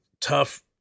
tough